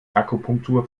akupunktur